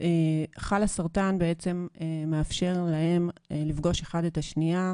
חלאסרטן בעצם מאפשר להם לפגוש אחד את השנייה,